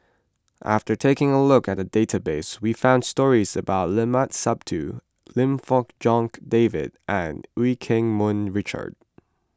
after taking a look at the database we found stories about Limat Sabtu Lim Fong Jock David and Eu Keng Mun Richard